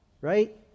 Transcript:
right